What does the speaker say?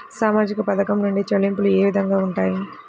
సామాజిక పథకం నుండి చెల్లింపులు ఏ విధంగా ఉంటాయి?